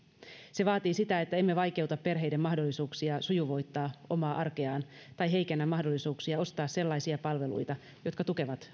se vaatii sitä että emme vaikeuta perheiden mahdollisuuksia sujuvoittaa omaa arkeaan tai heikennä lapsiperheiden mahdollisuuksia ostaa sellaisia palveluita jotka tukevat